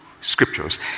scriptures